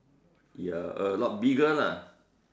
ya a lot bigger lah